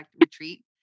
retreat